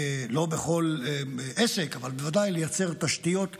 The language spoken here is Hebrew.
לא בכל עסק, אבל בוודאי לייצר תשתיות חשובות.